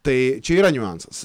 tai čia yra niuansas